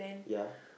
ya